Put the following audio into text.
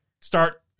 start